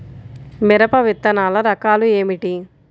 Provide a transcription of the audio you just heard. మిరప విత్తనాల రకాలు ఏమిటి?